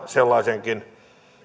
sellaisen